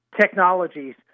technologies